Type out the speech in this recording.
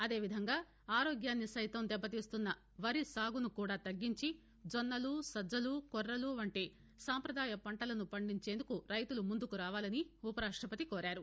అదే విధంగా ఆరోగ్యాన్ని సైతం దెబ్బతీస్తున్న వరి సాగును కూడా తగ్గించి జొన్నలు సజ్జలు కొర్రలు వంటి సంపదాయ పంటలను పండించేందుకు రైతులు ముందుకు రావాలని ఉ పరాష్టపతి కోరారు